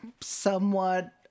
somewhat